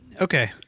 Okay